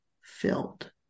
filled